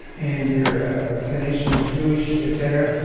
and your clinician is jewish, etc.